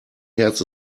herz